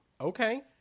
Okay